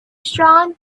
strong